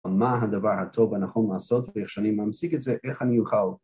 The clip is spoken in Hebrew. ‫מה הדבר הטוב, הנכון לעשות, ‫ואיך שאני ממשיג את זה, איך אני אוכל